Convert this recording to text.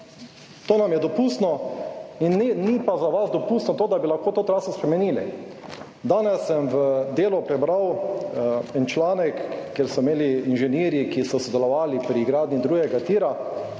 to nam je dopustno in ni pa za vas dopustno to, da bi lahko to traso spremenili. Danes sem v Delu prebral en članek, kjer so imeli inženirji, ki so sodelovali pri gradnji drugega tira